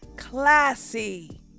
Classy